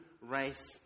race